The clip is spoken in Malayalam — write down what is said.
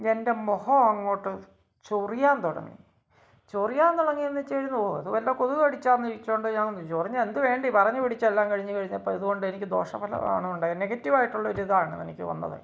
എന്റെ മുഖം അങ്ങോട്ട് ചൊറിയാന് തുടങ്ങി ചൊറിയാന് തുടങ്ങി എന്ന് വെച്ച് കഴിഞ്ഞാൽ ഇത് വല്ല കൊതുക് കടിച്ചതാണെന്ന് വിചാരിച്ചു കൊണ്ട് ഞാന് ചൊറിഞ്ഞു എന്ത് വേണ്ടി പറഞ്ഞു പിടിച്ച് എല്ലാം കഴിഞ്ഞു കഴിഞ്ഞപ്പം ഇതുകൊണ്ട് എനിക്ക് ദോഷം ഫലം ആണോ ഉണ്ടായേ നെഗറ്റീവ് ആയിട്ടുള്ള ഒരു ഇതാണ് എനിക്ക് വന്നത്